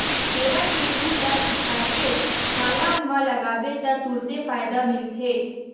केरा के फूल ल सुखोके छाला म लगाबे त तुरते फायदा मिलथे